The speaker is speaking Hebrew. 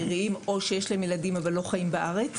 או שיש להם ילדים שלא חיים בארץ.